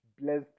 Bless